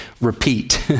repeat